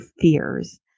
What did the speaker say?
fears